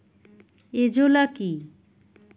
Azolla কি?